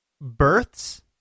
births